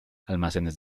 almacenes